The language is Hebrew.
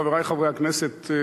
חברי חברי הכנסת,